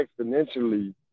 exponentially